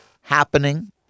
happening